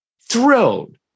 thrilled